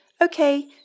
okay